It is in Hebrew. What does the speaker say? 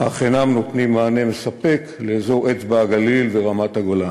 אך הם אינם נותנים מענה מספק לאזור אצבע-הגליל ורמת-הגולן.